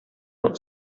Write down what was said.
моның